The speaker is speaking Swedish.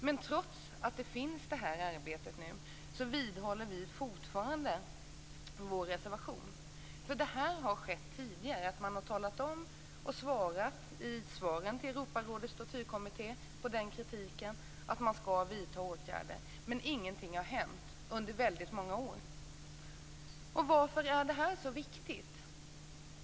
Men trots att detta arbete pågår, vidhåller vi fortfarande vår reservation. Det har nämligen skett tidigare att man som svar på kritiken från Europarådets tortyrkommitté säger att man skall vidta åtgärder. Men ingenting har hänt under väldigt många år. Varför är detta så viktigt?